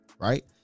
right